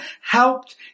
helped